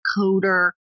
coder